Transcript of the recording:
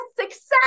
success